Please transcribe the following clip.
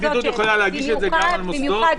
הפרקליטות יכולה להגיש את זה גם על מוסדות.